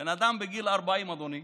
בן אדם בגיל 40, אדוני,